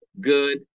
good